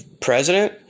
president